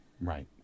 right